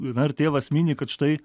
na ir tėvas mini kad štai